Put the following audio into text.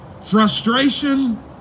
frustration